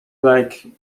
like